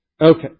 Okay